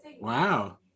Wow